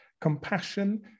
compassion